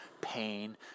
pain